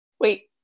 Wait